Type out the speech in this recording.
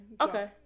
Okay